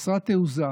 חסרת תעוזה,